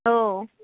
हो